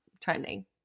trending